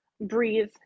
breathe